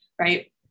right